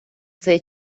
цей